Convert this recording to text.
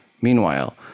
Meanwhile